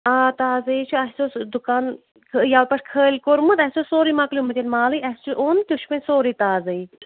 آ تازٕیے چھُ اَسہِ اوس دُکان تہٕ یَوٕ پیٚٹھ خٲلۍ کوٚرمُت اَسہِ اوس سورُے مۅکلیٛومُت ییٚلہِ مالٕے اسہِ یہِ اوٚن تہِ چھُ وۅنۍ سورُے تازٕے